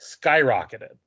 skyrocketed